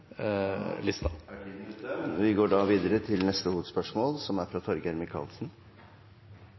Vi går da videre til neste